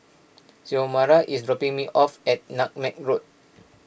Xiomara is dropping me off at Nutmeg Road